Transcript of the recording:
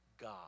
God